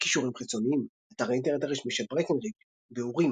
קישורים חיצוניים אתר האינטרנט הרשמי של ברקנרידג' ביאורים